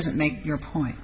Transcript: does it make your point